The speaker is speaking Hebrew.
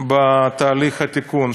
בתהליך תיקון.